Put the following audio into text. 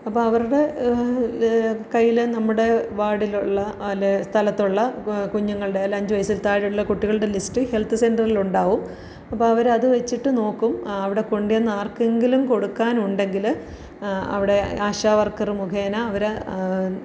അപ്പോള് അവരുടെ കയ്യില് നമ്മുടെ വാർഡിലുള്ള അല്ലേ സ്ഥലത്തുള്ള കുഞ്ഞുങ്ങളുടെ അഞ്ച് വയസ്സിൽ താഴെയുള്ള കുട്ടികളുടെ ലിസ്റ്റ് ഹെൽത്ത് സെന്ററിൽ ഉണ്ടാകും അപ്പോള് അവരത് വച്ചിട്ട് നോക്കും അവിടെ കൊണ്ടുവന്ന ആർക്കെങ്കിലും കൊടുക്കാനുണ്ടെങ്കില് അവിടെ ആശാ വർക്കര് മുഖേന അവര്